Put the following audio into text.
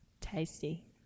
Tasty